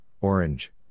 Orange